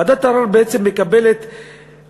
ועדת ערר, בעצם כשהיא מקבלת ערר,